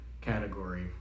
category